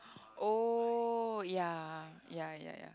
oh ya ya ya ya